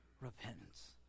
repentance